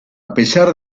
pesar